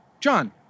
John